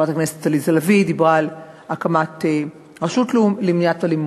חברת הכנסת עליזה לביא דיברה על הקמת רשות למניעת אלימות.